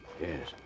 Yes